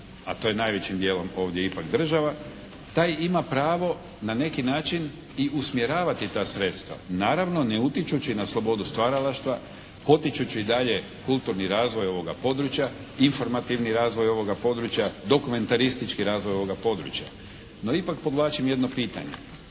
a to je najvećim dijelom ovdje ipak država, taj ima pravo na neki način i usmjeravati ta sredstva, naravno ne utječući na slobodu stvaralaštva potičući dalje kulturni razvoj ovoga područja, informativni razvoj ovoga područja, dokumentaristički razvoj ovoga područja. No ipak podvlačim jedno pitanje.